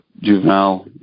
juvenile